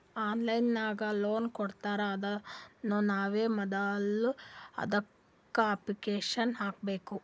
online ನಾಗ್ loan ಕೊಡ್ತಾರ್ ಅಂದುರ್ನು ನಾವ್ ಮೊದುಲ ಅದುಕ್ಕ ಅಪ್ಲಿಕೇಶನ್ ಹಾಕಬೇಕ್